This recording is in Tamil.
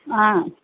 ஆ